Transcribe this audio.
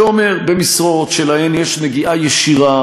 שאומר שבמשרות שיש ל יש נגיעה ישירה